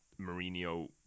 Mourinho